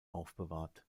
aufbewahrt